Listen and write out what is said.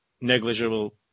negligible